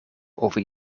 over